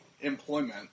employment